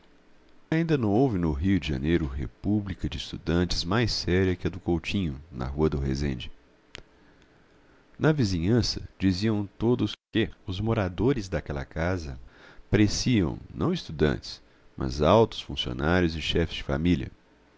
ainda não houve no rio de janeiro república de estudantes mais séria que a do coutinho na rua do resende na vizinhança diziam todos que os moradores daquela casa pareciam não estudantes mas altos funcionários e chefes de família